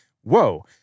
whoa